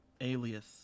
alias